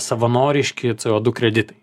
savanoriški c o du kreditai